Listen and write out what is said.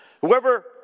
Whoever